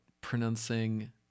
pronouncing